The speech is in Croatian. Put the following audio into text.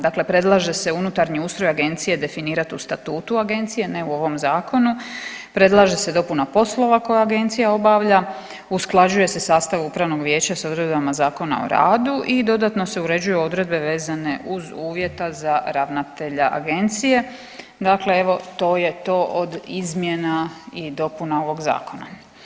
Dakle, predlaže se unutarnji ustroj agencije definirat u statutu agencije, ne u ovom zakonu, predlaže se dopuna poslova koje agencija obavlja, usklađuje se sastav upravnog vijeća s odredbama Zakona o radu i dodatno se uređuju odredbe vezane uz uvjeta za ravnatelja agencije, dakle evo to je to od izmjena i dopuna ovog zakona.